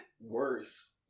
worse